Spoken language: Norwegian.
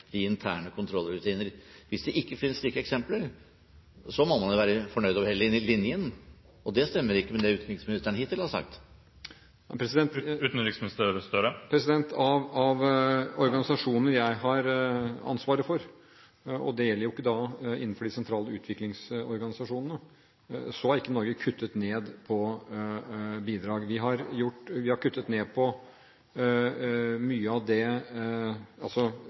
de interne kontrollrutinene? Hvis det ikke finnes slike eksempler, må man være fornøyd over hele linjen, og det stemmer ikke med det som utenriksministeren hittil har sagt. Av organisasjoner som jeg har ansvaret for – det gjelder ikke innenfor de sentrale utviklingsorganisasjonene – har ikke Norge kuttet ned på bidrag. Men f.eks. når det gjelder Balkan, har vi kuttet ned på landbistand som følge av